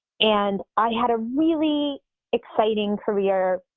and i had a really exciting career,